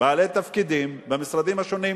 בעלי תפקידים, במשרדים השונים: